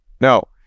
No